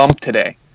today